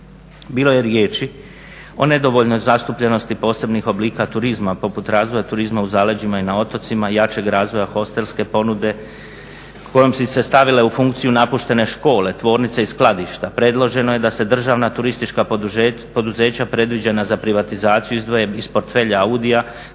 Bilo je riječi o nedovoljnoj zastupljenosti posebnih oblika turizma poput razvoja turizma u zaleđima i na otocima, jačeg razvoja hostelske ponude kojom bi se stavile u funkciju napuštene škole, tvornice i skladišta. Predloženo je da se državna turistička poduzeća predviđena za privatizaciju izdvoje iz portfelja AUDIO-a